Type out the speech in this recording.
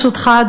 ברשותך,